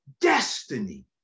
destiny